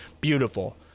beautiful